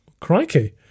Crikey